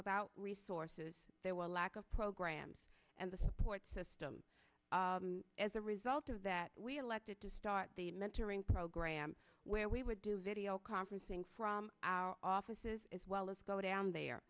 about resources there was a lack of programs and the support system as a result of that we elected to start a mentoring program where we would do video conferencing from our offices as well as go down there